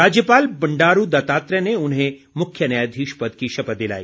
राज्यपाल बंडारू दत्तात्रेय ने उन्हें मुख्य न्यायाधीश पद की शपथ दिलाई